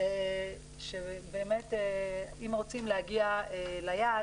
שבאמת אם רוצים להגיע ליעד,